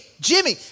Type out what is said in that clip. Jimmy